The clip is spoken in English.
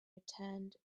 returned